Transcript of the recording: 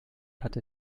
hatte